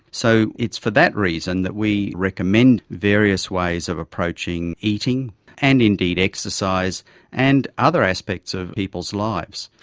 so it's for that reason that we recommend various ways of approaching eating and indeed exercise and other aspects of people's lives.